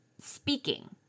speaking